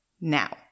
Now